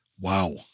Wow